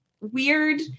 weird